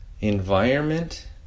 Environment